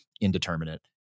indeterminate